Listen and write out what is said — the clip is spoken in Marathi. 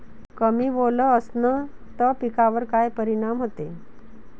कमी ओल असनं त पिकावर काय परिनाम होते?